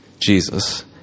jesus